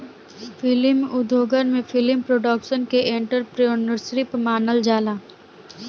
film उद्योगन में फिलिम प्रोडक्शन के एंटरप्रेन्योरशिप मानल जाला